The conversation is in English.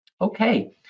Okay